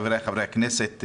חבריי חברי הכנסת,